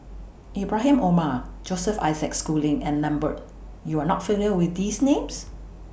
Ibrahim Omar Joseph Isaac Schooling and Lambert YOU Are not familiar with These Names